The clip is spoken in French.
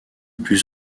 plus